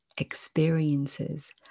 Experiences